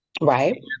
Right